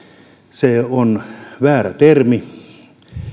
se on väärä termi